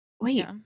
wait